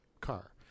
car